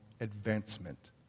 advancement